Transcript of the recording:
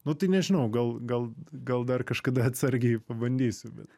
nu tai nežinau gal gal gal dar kažkada atsargiai pabandysiu bet